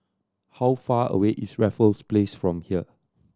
how far away is Raffles Place from here